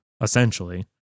essentially